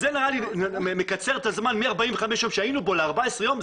זה נראה לי מקצר את הזמן מ-45 ימים בהם היינו ל-14 ימים.